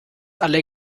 alle